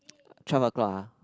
twelve o-clock ah